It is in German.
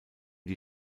die